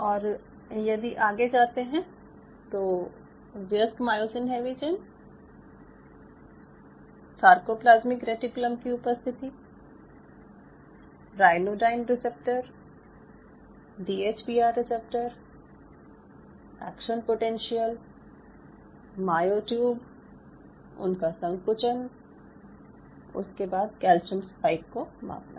और यदि आगे जाते हैं तो व्यस्क myosin heavy chain sarcoplasmic reticulum की उपस्थिति ryanodine receptor D H P R receptor action potential myotube उनका संकुचन उसके बाद कैल्शियम स्पाइक को मापना